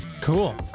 cool